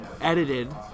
edited